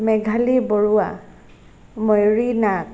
Meghali Baruah Mayuri Nath